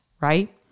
right